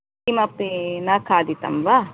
किमपि न खादितं वा